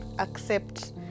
accept